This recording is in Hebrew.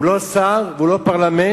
הוא לא שר והוא לא פרלמנט.